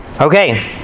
Okay